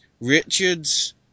Richards